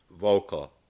vocal